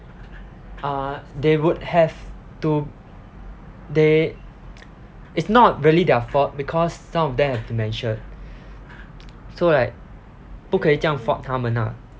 uh they would have to they it's not really their fault because some of them have dementia so like 不可以这样 fault 他们啊